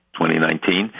2019